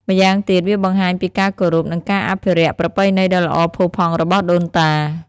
ម្យ៉ាងទៀត វាបង្ហាញពីការគោរព និងការអភិរក្សប្រពៃណីដ៏ល្អផូរផង់របស់ដូនតា។